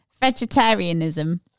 vegetarianism